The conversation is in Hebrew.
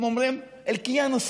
הם אומרים: (אומר בערבית: